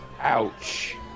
Ouch